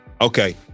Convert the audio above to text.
Okay